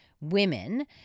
women